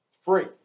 Free